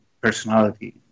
personality